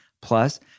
Plus